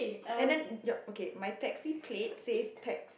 and then your okay my taxi plate says tax